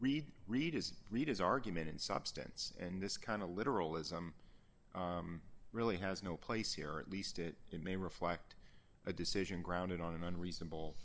read read is read is argument in substance and this kind of literalism really has no place here or at least it may reflect a decision grounded on an reasonable